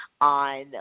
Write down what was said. on